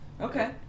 okay